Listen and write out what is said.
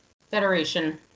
Federation